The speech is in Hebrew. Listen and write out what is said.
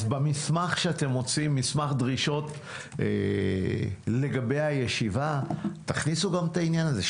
אז במסמך הדרישות שאתם מוציאים לגבי הישיבה תכניסו גם את העניין הזה.